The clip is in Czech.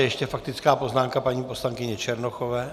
Ještě faktická poznámka paní poslankyně Černochové.